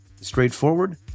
straightforward